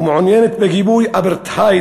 והיא